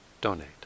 donate